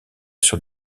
sur